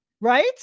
Right